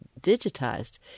digitized